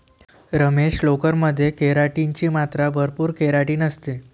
रमेश, लोकर मध्ये केराटिन ची मात्रा भरपूर केराटिन असते